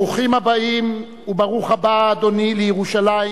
ברוכים הבאים, ברוך הבא, אדוני, לירושלים,